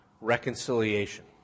reconciliation